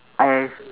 I have